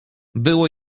było